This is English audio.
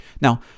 Now